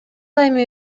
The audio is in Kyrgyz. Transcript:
эми